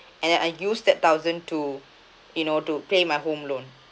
and I use that thousand to you know to pay my home loan